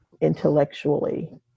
intellectually